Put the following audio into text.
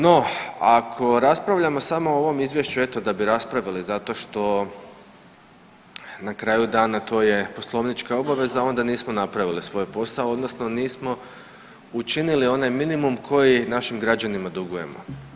No ako raspravljamo samo o ovom izvješću eto da bi raspravili zato što na kraju dana to je poslovnička obaveza onda nismo napravili svoj posao odnosno nismo učinili onaj minimum koji našim građanima dugujemo.